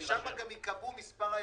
למה דווקא 250 ימים?